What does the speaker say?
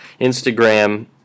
Instagram